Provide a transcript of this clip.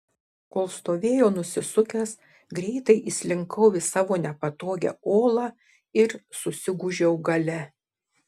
kol stovėjo nusisukęs greitai įslinkau į savo nepatogią olą ir susigūžiau gale